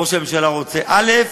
ראש הממשלה רוצה א',